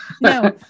No